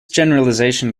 generalization